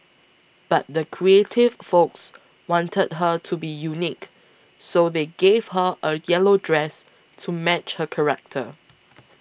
but the creative folks wanted her to be unique so they gave her a yellow dress to match her character